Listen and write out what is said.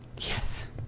Yes